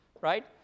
right